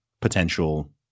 potential